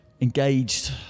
engaged